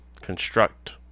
construct